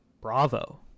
bravo